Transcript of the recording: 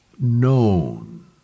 known